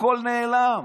הכול נעלם.